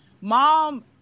mom